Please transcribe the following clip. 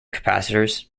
capacitors